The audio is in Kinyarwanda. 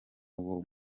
uwo